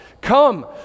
come